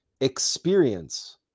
experience